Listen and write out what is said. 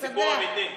סיפור אמיתי.